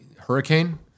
Hurricane